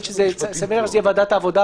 סביר להניח שזה יהיה ועדת העבודה,